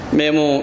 memu